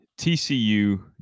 TCU